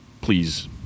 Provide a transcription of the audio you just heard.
please